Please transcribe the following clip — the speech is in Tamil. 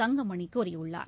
தங்கமணி கூறியுள்ளார்